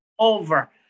over